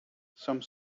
some